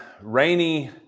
rainy